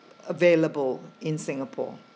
available in singapore